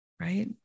right